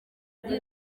ati